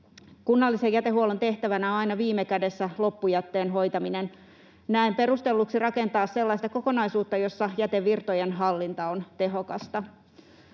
Kunnallisen jätehuollon tehtävänä on aina viime kädessä loppujätteen hoitaminen. Näen perustelluksi rakentaa sellaista kokonaisuutta, jossa jätevirtojen hallinta on tehokasta,